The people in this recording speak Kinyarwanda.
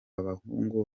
bahungu